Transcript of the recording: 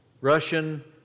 Russian